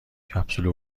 کپسول